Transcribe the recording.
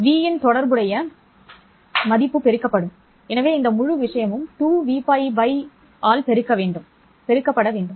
v இன் தொடர்புடைய மதிப்பு பெருக்கப்படும் எனவே இந்த முழு விஷயமும் 2Vπ by ஆல் பெருக்கப்பட வேண்டும்